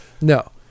No